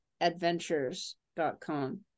adventures.com